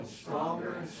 stronger